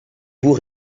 vous